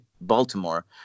Baltimore